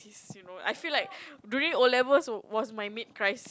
it's you know I feel like during O-levels were was my mid crisis